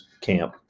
camp